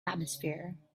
atmosphere